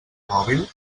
mòbil